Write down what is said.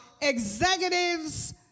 executives